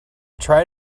try